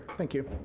thank you.